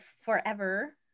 forever